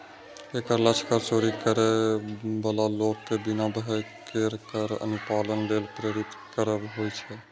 एकर लक्ष्य कर चोरी करै बला लोक कें बिना भय केर कर अनुपालन लेल प्रेरित करब होइ छै